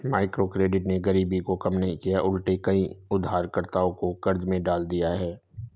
microcredit ने गरीबी को कम नहीं किया उलटे कई उधारकर्ताओं को कर्ज में डाल दिया है